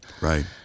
right